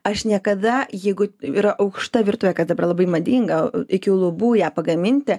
aš niekada jeigu yra aukšta virtuvė kas dabar labai madinga iki lubų ją pagaminti